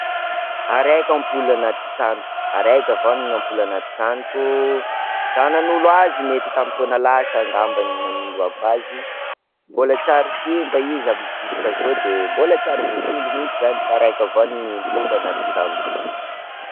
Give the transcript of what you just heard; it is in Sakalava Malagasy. Araika ampola anaty tranoko, araika avao ampola anatin'ny tranoko, zaho nanolo azy, mety tamin'ny taona lasa ngamba no nanoloako azy, mbola tsy ary simba izy avy ziska zao de mbola tsa ary voasolo mihintsy zany fa araika avao ny ampola anatin'ny trano.